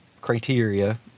criteria